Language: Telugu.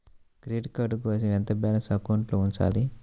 క్రెడిట్ కార్డ్ కోసం ఎంత బాలన్స్ అకౌంట్లో ఉంచాలి?